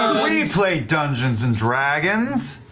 we play dungeons and dragons!